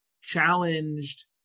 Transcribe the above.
challenged